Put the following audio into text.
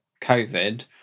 COVID